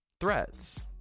threats